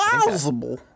plausible